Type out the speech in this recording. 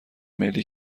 ملی